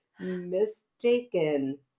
mistaken